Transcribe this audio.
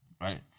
right